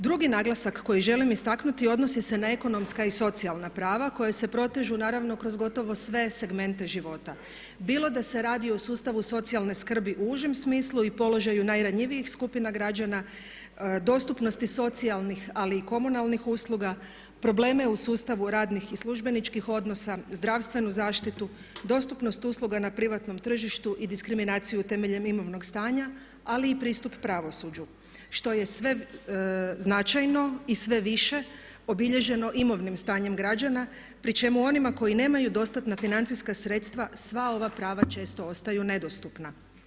Drugi naglasak koji želim istaknuti odnosi se na ekonomska i socijalna prava koja se protežu naravno kroz gotovo sve segmente života bilo da se radi o sustavu socijalne skrbi u užem smislu i položaju najranjivijih skupina građana, dostupnosti socijalnih ali i komunalnih usluga, probleme u sustavu radnih i službeničkih odnosa, zdravstvenu zaštitu dostupnost usluga na privatnom tržištu i diskriminaciju temeljem imovnog stanja ali i pristup pravosuđu što je sve značajno i sve više obilježeno imovnim stanjem građana pri čemu onima koji nemaju dostatna financijska sredstva sva ova prava često ostaju nedostupna.